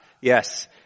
Yes